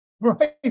Right